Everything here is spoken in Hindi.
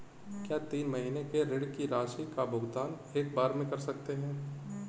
क्या तीन महीने के ऋण की राशि का भुगतान एक बार में कर सकते हैं?